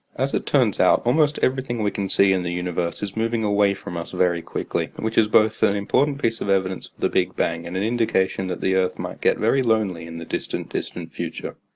as it turns out, almost everything we can see in the universe is moving away from us very quickly, which is both so an important piece of evidence for the big bang and an indication that the earth might get very lonely in the distant, distant, future.